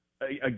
again